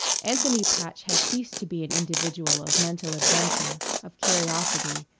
anthony patch had ceased to be an individual of mental adventure, of curiosity,